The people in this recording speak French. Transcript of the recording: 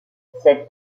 cette